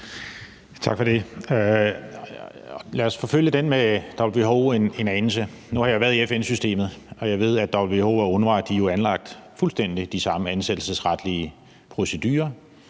Tak for det. Lad os forfølge det med WHO en anelse. Nu har jeg været i FN-systemet, og jeg ved, at WHO og UNRWA har anlagt fuldstændig de samme ansættelsesretlige procedurer,